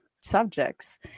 subjects